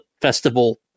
festival